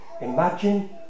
imagine